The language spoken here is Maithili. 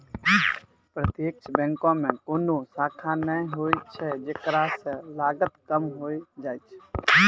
प्रत्यक्ष बैंको मे कोनो शाखा नै होय छै जेकरा से लागत कम होय जाय छै